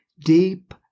deep